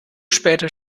später